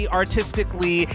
artistically